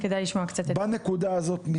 בנקודה הזאת,